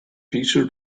picture